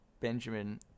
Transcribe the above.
Benjamin